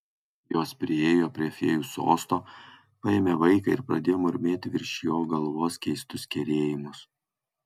jos priėjo prie fėjų sosto paėmė vaiką ir pradėjo murmėti virš jo galvos keistus kerėjimus